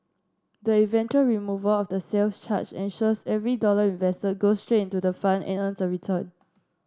the eventual removal of the sales charge ensures every dollar invested goes straight into the fund and earns a return